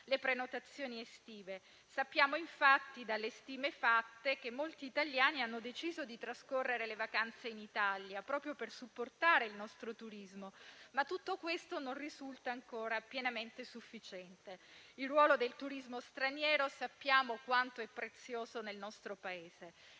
le prenotazioni estive. Sappiamo infatti dalle stime fatte che molti italiani hanno deciso di trascorrere le vacanze in Italia proprio per supportare il nostro turismo, ma tutto questo non risulta ancora pienamente sufficiente. Il ruolo del turismo straniero sappiamo quanto sia prezioso nel nostro Paese